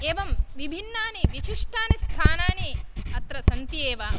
एवं विभिन्नानि विशिष्टानि स्थानानि अत्र सन्ति एव